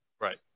Right